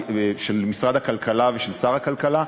של משרד הכלכלה ושל שר הכלכלה,